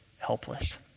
helpless